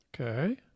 Okay